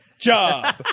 job